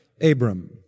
Abram